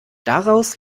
daraus